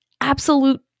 absolute